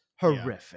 horrific